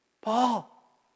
Paul